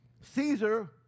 Caesar